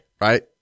right